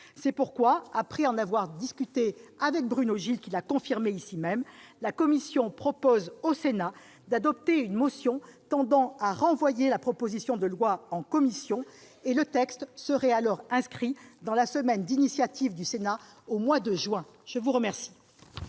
C'est pourquoi, après en avoir discuté avec Bruno Gilles, qui vient de le confirmer ici même, la commission propose au Sénat d'adopter une motion tendant à renvoyer la proposition de loi en commission. Le texte serait alors inscrit à l'ordre du jour de la semaine d'initiative du Sénat du mois de juin prochain.